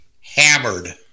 hammered